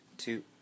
Two